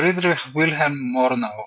פרידריך וילהלם מורנאו,